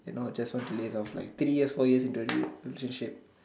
and not just to laze off like three year four years into a relationship